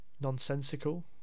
nonsensical